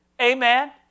Amen